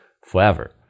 forever